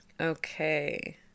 Okay